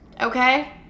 Okay